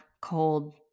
cold